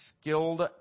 skilled